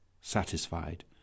satisfied